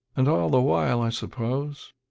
and all the while, i suppose,